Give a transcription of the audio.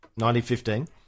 1915